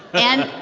and.